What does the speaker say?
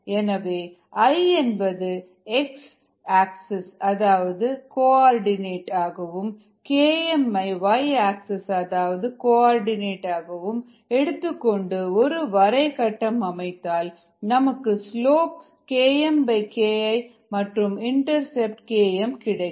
எனவே I என்பது x ஆயம் அதாவது கோஆர்டினேட் ஆகவும் Km ஐ y ஆயம் அதாவது கோஆர்டினேட் ஆகவும் எடுத்துக்கொண்டு ஒரு வரை கட்டம் அமைத்தால் நமக்கு ஸ்லோப் KmKI மற்றும் இன்டர்செப்ட் Kmகிடைக்கும்